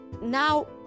now